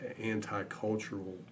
anti-cultural